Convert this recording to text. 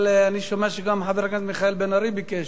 אבל אני שומע שגם חבר הכנסת מיכאל בן-ארי ביקש.